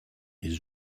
his